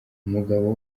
umugabo